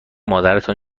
مادرتان